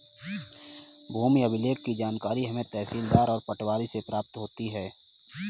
भूमि अभिलेख की जानकारी हमें तहसीलदार और पटवारी से प्राप्त होती है